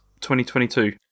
2022